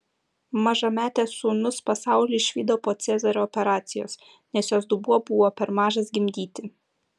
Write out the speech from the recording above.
mažametės sūnus pasaulį išvydo po cezario operacijos nes jos dubuo buvo per mažas gimdyti